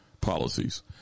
policies